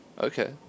Okay